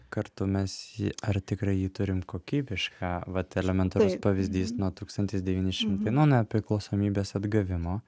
kartu mes jį ar tikrai jį turim kokybišką vat elementarus pavyzdys nuo tūkstantis devyni šimtai nuo nepriklausomybės atgavimo